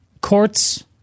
courts